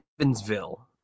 Evansville